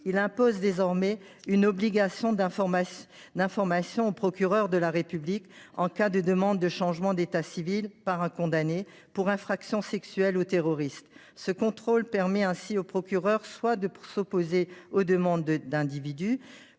Il impose désormais une obligation d’information du procureur de la République en cas de demande de changement d’état civil par un condamné pour infraction sexuelle ou terroriste. Ce contrôle permet ainsi au procureur soit de s’opposer aux demandes des individus